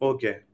Okay